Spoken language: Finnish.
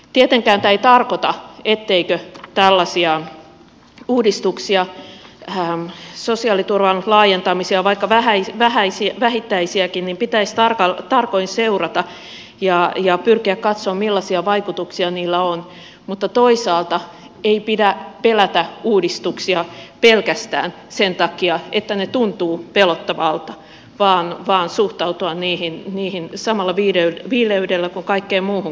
tietenkään tämä ei tarkoita etteikö tällaisia uudistuksia sosiaaliturvan laajentamisia vaikka vähittäisiäkin pitäisi tarkoin seurata ja pyrkiä katsomaan millaisia vaikutuksia niillä on mutta toisaalta ei pidä pelätä uudistuksia pelkästään sen takia että ne tuntuvat pelottavilta vaan suhtautua niihin samalla viileydellä kuin kaikkeen muuhunkin lainsäädäntöön